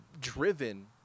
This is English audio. driven